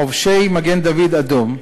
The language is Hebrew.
חובשי מגן-דוד-אדום,